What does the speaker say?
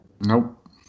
Nope